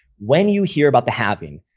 when you hear about the halving,